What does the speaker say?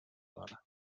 dona